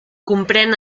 comprèn